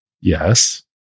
Yes